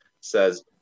says